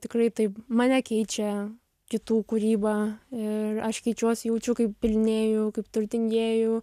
tikrai taip mane keičia kitų kūryba ir aš keičiuosi jaučiu kaip pilnėju kaip turtingėju